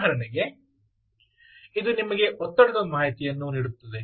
ಉದಾಹರಣೆಗೆ ಇದು ನಿಮಗೆ ಒತ್ತಡದ ಮಾಹಿತಿಯನ್ನು ನೀಡುತ್ತದೆ